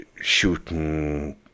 shooting